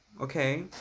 okay